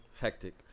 Hectic